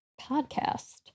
podcast